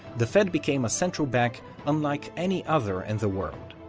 the fed became a central bank unlike any other in the world.